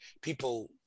People